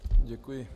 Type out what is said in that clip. Děkuji.